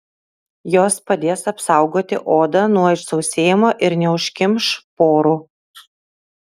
jos padės apsaugoti odą nuo išsausėjimo ir neužkimš porų